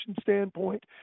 standpoint